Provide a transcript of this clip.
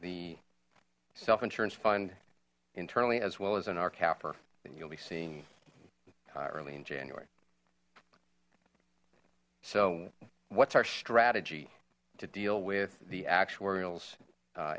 the self insurance fund internally as well as in our capper then you'll be seeing early in january so what's our strategy to deal with the actua